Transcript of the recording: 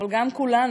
אבל גם כולנו,